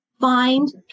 find